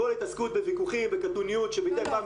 כל התעסקות בוויכוחים ובקטנוניות שמדי פעם קורה,